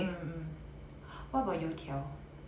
mm what about 油条